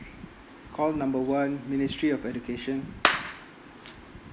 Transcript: call number one ministry of education